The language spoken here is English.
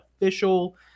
official